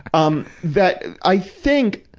um that, i think,